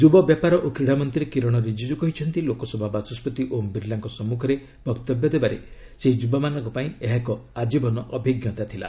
ଯୁବ ବ୍ୟାପାର ଓ କ୍ୱୀଡ଼ା ମନ୍ତ୍ରୀ କିରଣ ରିଜିଜ୍ତ କହିଛନ୍ତି ଲୋକସଭା ବାଚସ୍କତି ଓମ୍ ବିର୍ଲାଙ୍କ ସମ୍ମୁଖରେ ବକ୍ତବ୍ୟ ଦେବାରେ ସେହି ଯୁବାମାନଙ୍କ ପାଇଁ ଏହା ଏକ ଆଜୀବନ ଅଭିଜ୍ଞତା ଥିଲା